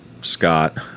Scott